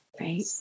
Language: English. Right